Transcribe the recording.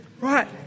right